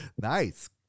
Nice